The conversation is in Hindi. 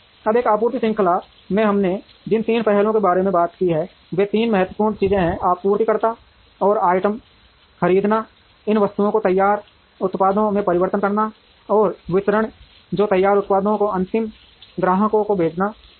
अब एक आपूर्ति श्रृंखला में हमने जिन तीन पहलुओं के बारे में बात की है वे तीन महत्वपूर्ण चीजें हैं आपूर्तिकर्ता से आइटम खरीदना इन वस्तुओं को तैयार उत्पादों में परिवर्तित करना और वितरण जो तैयार उत्पादों को अंतिम ग्राहकों को भेजना है